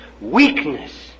weakness